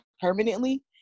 permanently